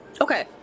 Okay